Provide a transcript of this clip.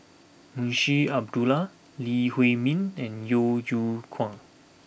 Munshi Abdullah Lee Huei Min and Yeo Yeow Kwang